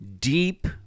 Deep